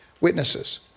witnesses